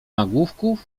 nagłówków